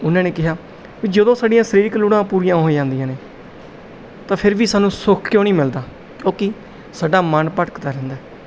ਉਹਨਾਂ ਨੇ ਕਿਹਾ ਵੀ ਜਦੋਂ ਸਾਡੀਆਂ ਸਰੀਰਕ ਲੋੜਾਂ ਪੂਰੀਆਂ ਹੋ ਜਾਂਦੀਆਂ ਨੇ ਤਾਂ ਫਿਰ ਵੀ ਸਾਨੂੰ ਸੁੱਖ ਕਿਉਂ ਨਹੀਂ ਮਿਲਦਾ ਕਿਉਂਕਿ ਸਾਡਾ ਮਨ ਭਟਕਦਾ ਰਹਿੰਦਾ